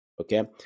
Okay